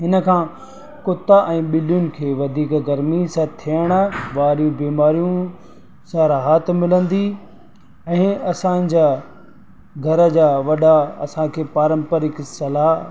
हिनखां कुता ऐं ॿिलियुनि खे वधीक गर्मी सां थियण वारी बीमारियूं सां राहत मिलंदी ऐं असांजा घर जा वॾा असांखे पारम्परिकु सलाह